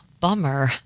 bummer